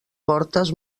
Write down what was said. portes